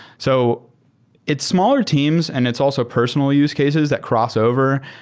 so it's smaller teams and it's also personal use cases that crossover,